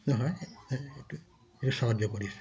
যদি হয় এক তালে একটু একটু সাহায্য করিস